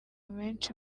menshi